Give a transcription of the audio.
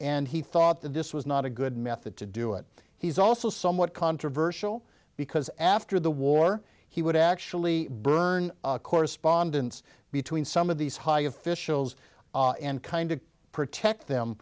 and he thought that this was not a good method to do it he's also somewhat controversial because after the war he would actually burn correspondence between some of these high officials and kind of protect them